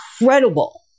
incredible